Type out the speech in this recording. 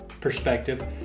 perspective